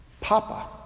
Papa